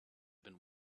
been